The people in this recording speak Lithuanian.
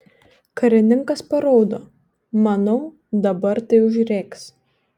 karininkas paraudo manau dabar tai užrėks